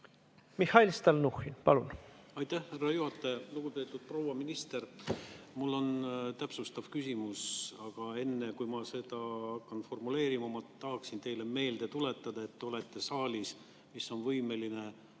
Mihhail Stalnuhhin, palun!